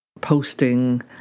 posting